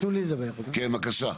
כן, בבקשה.